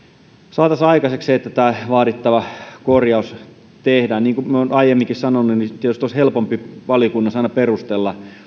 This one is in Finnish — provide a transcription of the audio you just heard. saataisiin aikaiseksi se että tämä vaadittava korjaus tehdään niin kuin minä olen aiemminkin sanonut tietysti olisi helpompi valiokunnassa aina perustella